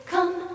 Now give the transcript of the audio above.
Come